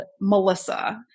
Melissa